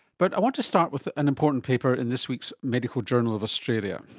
but i want to start with an important paper in this week's medical journal of australia.